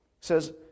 says